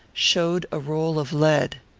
showed a roll of lead.